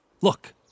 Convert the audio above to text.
Look